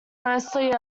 mostly